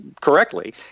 correctly